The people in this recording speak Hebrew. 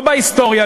לא בהיסטוריה,